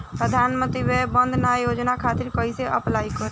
प्रधानमंत्री वय वन्द ना योजना खातिर कइसे अप्लाई करेम?